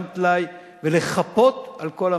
שם טלאי,